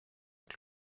que